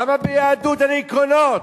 למה ביהדות אין עקרונות?